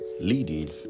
Leading